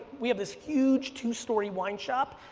we have this huge two story wine shop,